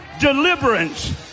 Deliverance